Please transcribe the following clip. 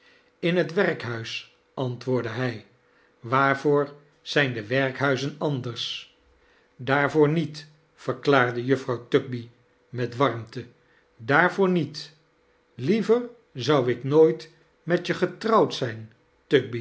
in het wea-khuis antwoordde hij waarvoor zijn de werkihuizen anders daarvoor niet verklaarde juffrouw tugby met warmte daarvoor niet liever ziou ik nooit met je getirouwd zijn